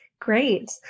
great